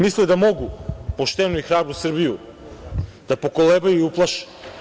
Misle da mogu poštenu i hrabru Srbiju da pokolebaju i uplaše.